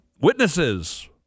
witnesses